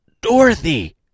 Dorothy